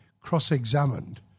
cross-examined